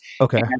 Okay